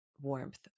warmth